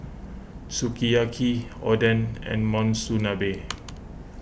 Sukiyaki Oden and Monsunabe